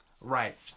Right